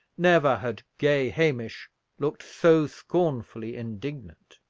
never had gay hamish looked so scornfully indignant.